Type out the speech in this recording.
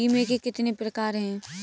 बीमे के कितने प्रकार हैं?